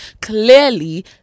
clearly